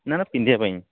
ନା ନା ପିନ୍ଧିବା ପାଇଁ